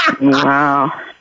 Wow